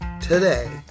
Today